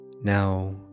Now